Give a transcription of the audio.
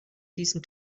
diesen